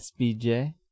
Sbj